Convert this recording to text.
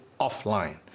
offline